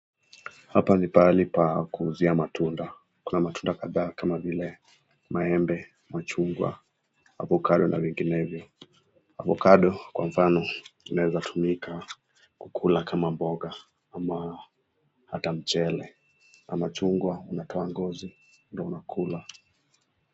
Hapa ni pahali pa kuuzia matunda, kuna matunda kadhaa kama vile maembe, machungwa, ovacado na vinginevyo. ovacado kwa mfano inaezatumika kukula kama mboga, ama mchele ama hata chungwa una kutoa ngozi nakula.